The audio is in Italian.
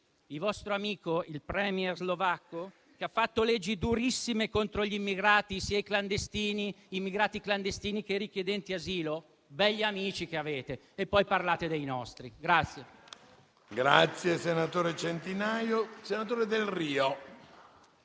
Il vostro amico, il premier slovacco, ha fatto leggi durissime contro gli immigrati, sia i clandestini che i richiedenti asilo: begli amici che avete! E poi parlate dei nostri.